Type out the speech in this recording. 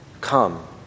Come